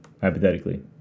hypothetically